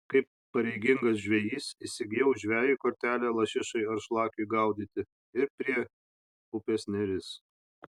kaip pareigingas žvejys įsigijau žvejui kortelę lašišai ar šlakiui gaudyti ir prie upės neris